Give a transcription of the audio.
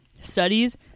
studies